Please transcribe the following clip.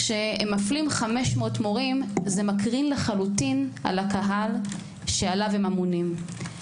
כשמפלים 500 מורים זה מקרין לחלוטין על הקהל שעליו הם אמונים.